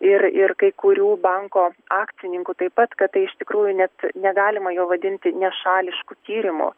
ir ir kai kurių banko akcininkų taip pat kad tai iš tikrųjų net negalima jo vadinti nešališku tyrimu